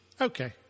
Okay